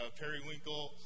periwinkle